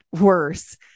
worse